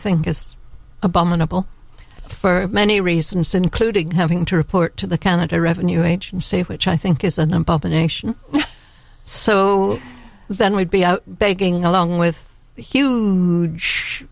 think is abominable for many reasons including having to report to the canada revenue agency which i think is an abomination so then we'd be out begging along with huge huge